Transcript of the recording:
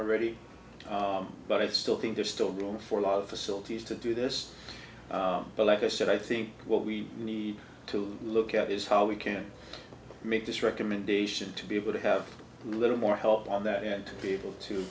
already but i still think there's still room for a lot of facilities to do this but like i said i think what we need to look at is how we can make this recommendation to be able to have a little more help on that and be able to